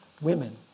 women